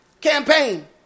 campaign